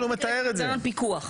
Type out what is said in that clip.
הוא לא נראה לך הגיוני,